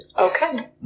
Okay